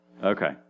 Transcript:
Okay